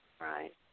right